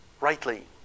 rightly